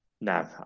no